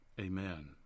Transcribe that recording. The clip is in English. amen